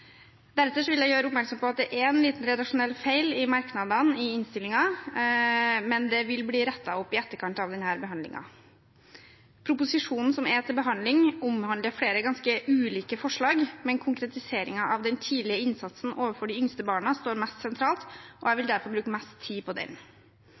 Deretter vil jeg gjøre oppmerksom på at det er en liten redaksjonell feil i merknadene i innstillingen, men det vil bli rettet opp i etterkant av denne behandlingen. Proposisjonen som er til behandling, omhandler flere ganske ulike forslag, men konkretiseringen av den tidlige innsatsen overfor de yngste barna står mest sentralt, og jeg vil